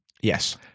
Yes